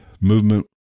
movement